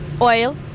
oil